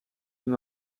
ihm